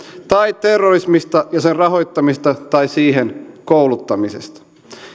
tai terrorismista ja sen rahoittamisesta tai siihen kouluttamisesta